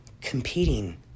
competing